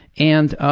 and ah